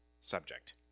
subject